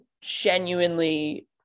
genuinely